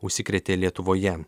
užsikrėtė lietuvoje